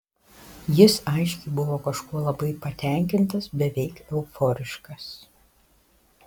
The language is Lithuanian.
jis aiškiai buvo kažkuo labai patenkintas beveik euforiškas